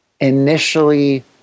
initially